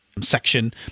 section